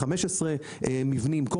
15 מבנים,